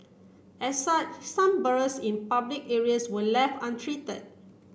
as such some burrows in public areas were left untreated